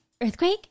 Earthquake